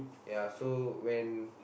ya so when